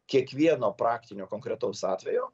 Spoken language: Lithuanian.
kiekvieno praktinio konkretaus atvejo